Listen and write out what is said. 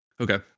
Okay